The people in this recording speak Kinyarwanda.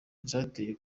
zateye